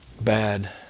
bad